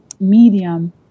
medium